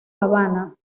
habana